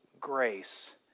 grace